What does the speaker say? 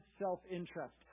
self-interest